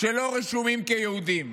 שאינם רשומים כיהודים.